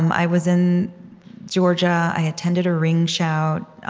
um i was in georgia. i attended a ring shout.